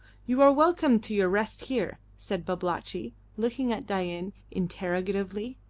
you are welcome to your rest here, said babalatchi, looking at dain interrogatively.